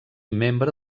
membre